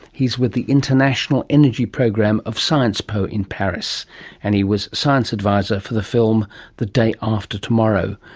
he's with the international energy program of sciencespo in paris and he was science advisor for the film the day after tomorrow.